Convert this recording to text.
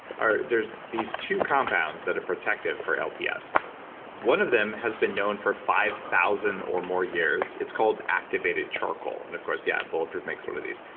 are there's these two compounds that are protective for lps one of them has been known for five thousand or more years. it's called activated charcoal. and of course, yeah, bulletproof makes one of these.